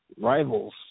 rivals